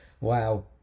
Wow